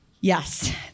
yes